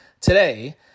today